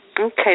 Okay